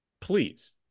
please